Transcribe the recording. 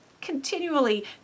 continually